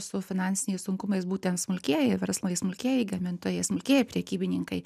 su finansiniais sunkumais būtent smulkieji verslai smulkieji gamintojai smulkieji prekybininkai